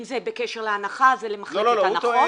אם זה בקשר להנחה, זה למחלקת הנחות.